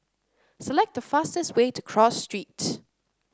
select the fastest way to Cross Street